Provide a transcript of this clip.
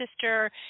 sister